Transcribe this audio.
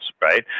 right